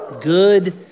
Good